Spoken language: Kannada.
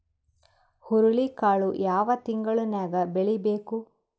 ಹುರುಳಿಕಾಳು ಯಾವ ತಿಂಗಳು ನ್ಯಾಗ್ ಬೆಳಿಬೇಕು?